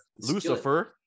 Lucifer